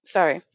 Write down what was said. Sorry